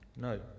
No